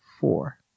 Four